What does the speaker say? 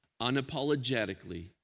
unapologetically